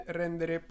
rendere